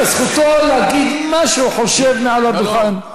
זכותו להגיד מה שהוא חושב מעל הדוכן,